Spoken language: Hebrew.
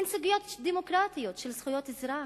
הן סוגיות דמוקרטיות של זכויות אזרח,